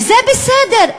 וזה בסדר.